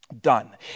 done